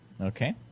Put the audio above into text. Okay